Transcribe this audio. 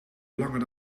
langer